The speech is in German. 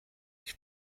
ich